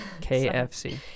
KFC